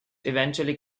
eventually